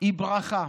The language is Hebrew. היא ברכה.